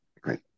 Great